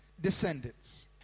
descendants